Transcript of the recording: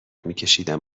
میکشیدم